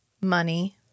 money